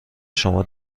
شما